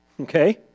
okay